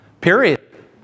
Period